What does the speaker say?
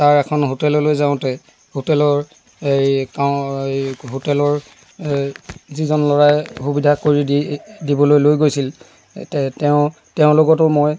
তাৰ এখন হোটেললৈ যাওঁতে হোটেলৰ এই হোটেলৰ যিজন ল'ৰাই সুবিধা কৰি দি দিবলৈ লৈ গৈছিল তেওঁ তেওঁ লগতো মই